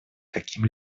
каким